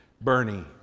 Bernie